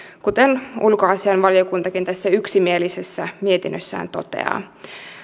kuten ulkoasiainvaliokuntakin tässä yksimielisessä mietinnössään toteaa